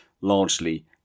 largely